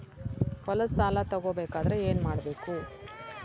ಹೊಲದ ಸಾಲ ತಗೋಬೇಕಾದ್ರೆ ಏನ್ಮಾಡಬೇಕು?